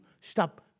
stop